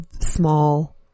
small